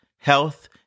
Health